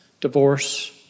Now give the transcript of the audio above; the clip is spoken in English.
divorce